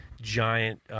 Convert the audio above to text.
giant